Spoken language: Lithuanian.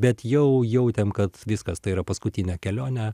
bet jau jautėm kad viskas tai yra paskutinė kelionė